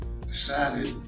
decided